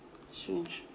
strange